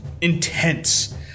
intense